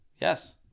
Yes